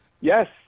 Yes